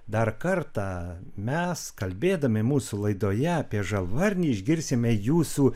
dar kartą mes kalbėdami mūsų laidoje apie žalvarnį išgirsime jūsų